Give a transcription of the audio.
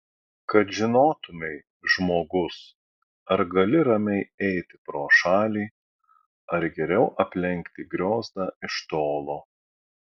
kad žinotumei žmogus ar gali ramiai eiti pro šalį ar geriau aplenkti griozdą iš tolo